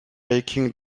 making